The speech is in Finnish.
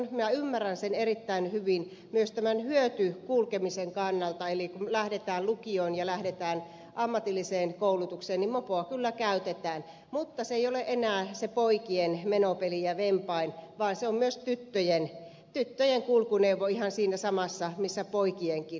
minä ymmärrän sen erittäin hyvin myös tämän hyötykulkemisen kannalta eli kun lähdetään lukioon ja lähdetään ammatilliseen koulutukseen niin mopoa kyllä käytetään mutta se ei ole enää se poikien menopeli ja vempain vaan se on myös tyttöjen kulkuneuvo ihan siinä samassa missä poikienkin